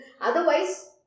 otherwise